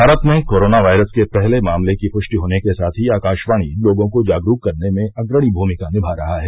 भारत में corona virus के पहले मामले की पृष्टि होने के साथ ही आकाशवाणी लोगों को जागरूक करने में अग्रणी भूमिका निभा रहा है